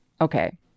Okay